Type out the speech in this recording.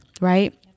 Right